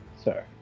sir